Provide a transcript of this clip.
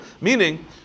Meaning